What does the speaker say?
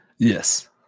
Yes